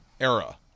era